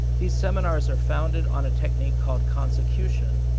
these seminars are founded on a technique called consecution,